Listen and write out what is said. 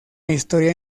historia